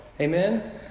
Amen